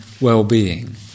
well-being